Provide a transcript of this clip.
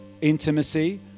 intimacy